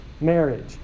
marriage